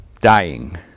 dying